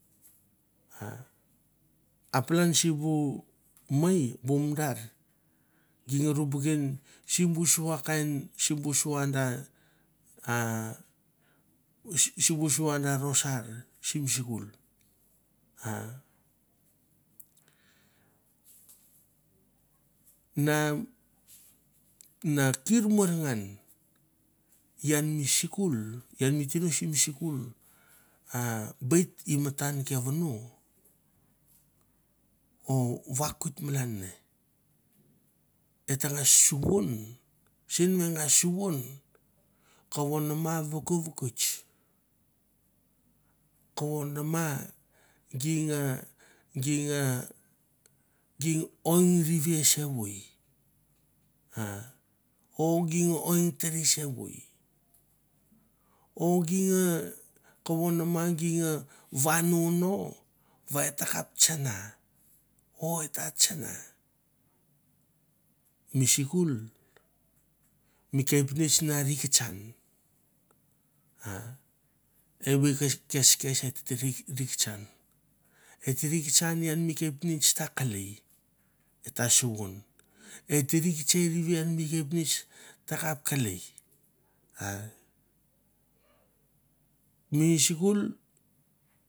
A palan simbu mei bu mandar gi nga rumbuken sim sua kain si bu sua da a simbu sua da rosar sim sikul na na kir morngan ian mi sikul ian mi tino sim sikul a bet i matan ke vono o vakoit malan ne et tangas suvon sen va e ngas suvon kovo mama vokovokoits kovo nama gi nnga gi nga ging oing rivi sevoi a o ging oing tere sevoi o gi nga kovo nama gi nga vano no va et takap tsana o e ta tsana. Mi sikul mi kepnets na rikitsan a evoi kes kes et te rik rikitsan et ta rikitsan ian mi kepnets ta kelei et ta suvon et ta rikitsei rivi ian mi kepnets takap kelei a. Mi sikul.